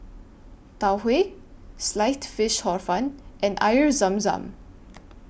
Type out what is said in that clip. Tau Huay Sliced Fish Hor Fun and Air Zam Zam